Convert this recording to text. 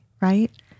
right